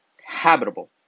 habitable